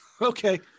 okay